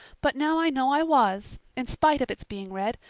but now i know i was, in spite of its being red,